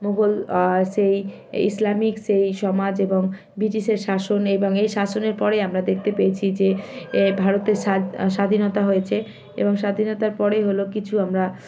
মোগল সেই ইসলামিক সেই সমাজ এবং ব্রিটিশের শাসন এবং এই শাসনের পরে আমরা দেখতে পেয়েছি যে এই ভারতের স্বাধীনতা হয়েছে এবং স্বাধীনতার পরে হলো কিছু আমরা